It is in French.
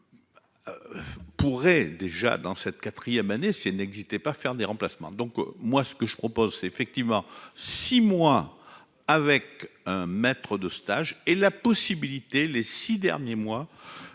Pourrait déjà dans cette 4ème année c'est n'existait pas faire des remplacements. Donc moi ce que je propose, c'est effectivement si mois avec un maître de stage et la possibilité les 6 derniers mois.